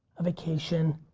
a vacation,